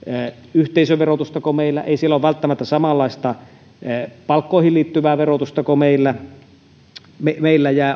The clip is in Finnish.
yhteisöverotusta kuin meillä ei siellä ole välttämättä samanlaista palkkoihin liittyvää verotusta kuin meillä